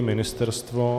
Ministerstvo?